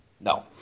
No